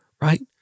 right